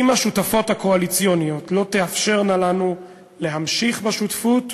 אם השותפות הקואליציוניות לא תאפשרנה לנו להמשיך בשותפות,